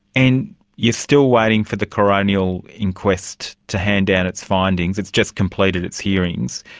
and you're still waiting for the coronial inquest to hand down its findings, it's just completed its hearings.